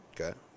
Okay